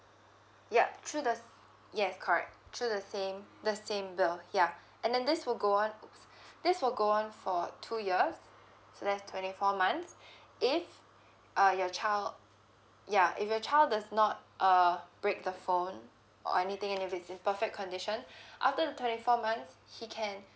yup through the yes correct through the same the same bill yeah and then this will go on this will go on for two years so there's twenty four months if uh your child ya if your child does not uh break the phone or anything if it's in perfect condition after the twenty four month he can